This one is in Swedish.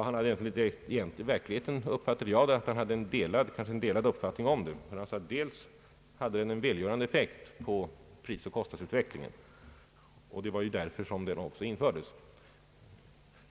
att han själv egentligen hade en rätt kluven inställning till den. Investeringsavgiften hade bevisligen en välgörande effekt på prisoch kostnadsutvecklingen — det var också därför den infördes.